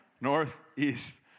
Northeast